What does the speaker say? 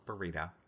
burrito